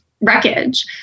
wreckage